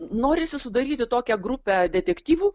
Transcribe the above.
norisi sudaryti tokią grupę detektyvų